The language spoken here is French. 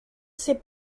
ses